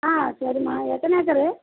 ஆ சரிம்மா எத்தனை ஏக்கரு